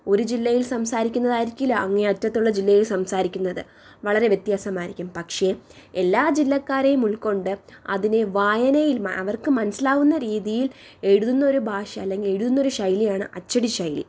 ഒരു ജില്ലയിൽ സംസാരിക്കുന്നതായിരിക്കില്ല അങ്ങേ അറ്റത്തുള്ള ജില്ലയിൽ സംസാരിക്കുന്നത് വളരെ വ്യത്യാസമായിരിക്കും പക്ഷേ എല്ലാ ജില്ലക്കാരെയും ഉൾക്കൊണ്ട് അതിനെ വായനയിൽ അവർക്ക് മനസ്സിലാവുന്ന രീതിയിൽ എഴുതുന്ന ഒരു ഭാഷ അല്ലെങ്കിൽ എഴുതുന്ന ഒരു ശൈലിയാണ് അച്ചടി ശൈലി